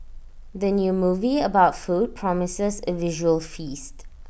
the new movie about food promises A visual feast